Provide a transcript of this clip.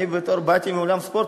באתי מעולם הספורט.